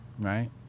right